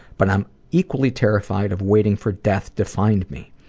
but i'm equally terrified of waiting for death to find me.